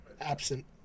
absent